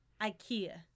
Ikea